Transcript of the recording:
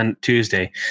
Tuesday